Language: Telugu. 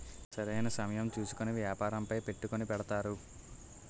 సరైన సమయం చూసుకొని వ్యాపారంపై పెట్టుకుని పెడతారు